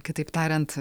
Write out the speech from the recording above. kitaip tariant